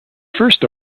first